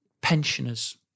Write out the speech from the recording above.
pensioners